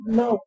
no